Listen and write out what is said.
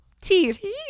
teeth